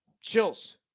chills